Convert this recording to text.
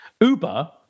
Uber